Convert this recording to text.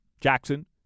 Jackson